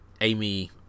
Amy